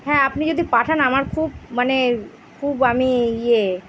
হ্যাঁ আপনি যদি পাঠান আমার খুব মানে খুব আমি ইয়ে